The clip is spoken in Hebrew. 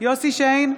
יוסף שיין,